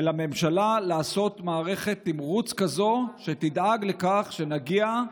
ולממשלה, לעשות מערכת תמרוץ כזאת שתדאג לכך שנגיע,